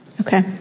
Okay